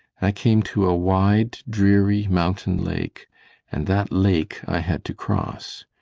i came to a wide, dreary mountain lake and that lake i had to cross.